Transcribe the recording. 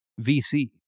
VC